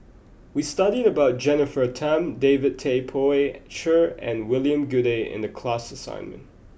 we studied about Jennifer Tham David Tay Poey Cher and William Goode in the class assignment